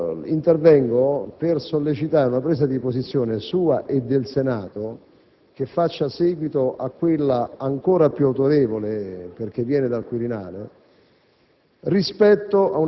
Intervengo per sollecitare una presa di posizione sua e del Senato che faccia seguito ad una ancora piuautorevole, perche´ proviene dal Quirinale,